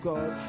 God